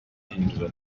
ahindura